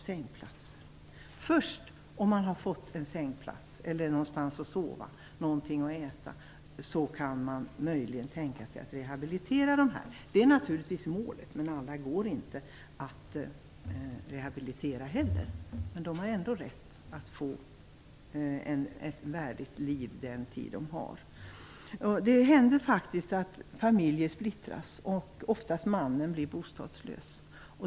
Först när de här människorna har fått en sängplats eller någonstans att sova och någonting att äta, kan man möjligen tänka sig att rehabilitera dem. Det är naturligtvis målet. Alla går inte att rehabilitera, men de har ändå rätt att få ett värdigt liv den tid de har. Det händer faktiskt att familjer och att mannen - oftast - blir bostadslös.